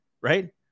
Right